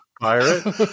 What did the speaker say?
pirate